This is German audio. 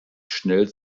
schnell